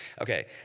Okay